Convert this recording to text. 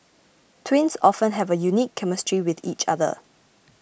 twins often have a unique chemistry with each other